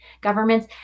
governments